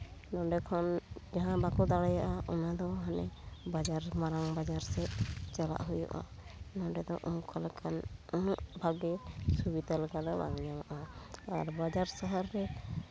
ᱱᱚᱰᱮ ᱠᱷᱚᱱ ᱡᱟᱦᱟᱸ ᱵᱟᱠᱚ ᱫᱟᱲᱮᱭᱟᱜᱼᱟ ᱚᱱᱟ ᱫᱚ ᱦᱟᱱᱮ ᱵᱟᱡᱟᱨ ᱢᱟᱨᱟᱝ ᱵᱟᱡᱟᱨ ᱥᱮᱫ ᱪᱟᱞᱟᱜ ᱦᱩᱭᱩᱜᱼᱟ ᱱᱚᱰᱮ ᱫᱚ ᱚᱱᱠᱟ ᱞᱮᱠᱟᱱ ᱩᱱᱟᱹᱜ ᱵᱷᱟᱜᱮ ᱥᱩᱵᱤᱫᱷᱟ ᱞᱮᱠᱟ ᱫᱚ ᱵᱟᱝ ᱧᱟᱢᱚᱜᱼᱟ ᱟᱨ ᱵᱟᱡᱟᱨ ᱥᱟᱦᱟᱨ ᱨᱮ